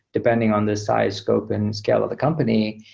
depending on the size, scope and scale of the company.